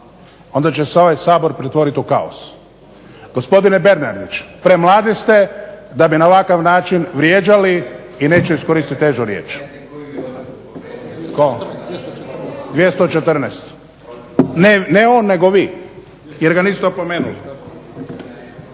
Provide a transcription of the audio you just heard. onda će se ovaj Sabor pretvoriti u kaos. Gospodine Bernardić premladi ste da bi na ovakav način vrijeđali i neću iskoristiti težu riječ. **Leko, Josip (SDP)** …/Govornik